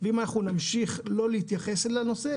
ואם אנחנו נמשיך לא להתייחס לנושא,